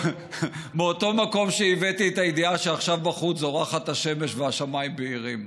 מאותו מקום שהבאתי את הידיעה שעכשיו בחוץ זורחת השמש והשמיים בהירים.